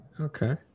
Okay